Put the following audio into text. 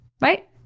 Right